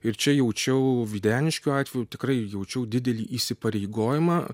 ir čia jaučiau videniškių atveju tikrai jaučiau didelį įsipareigojimą